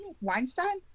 Weinstein